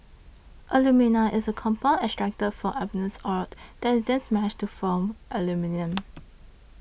alumina is a compound extracted from bauxite ore that is then smelted to form aluminium